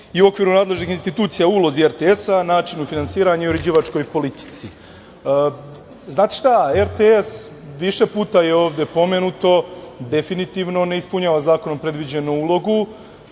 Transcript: i u okviru nadležnih institucija o ulozi RTS, načinu finansiranja i uređivačkoj politici. Znate šta, RTS više puta je ovde pomenuto, definitivno ne ispunjava zakonom predviđenu ulogu.